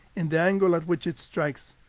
and the angle at which it strikes.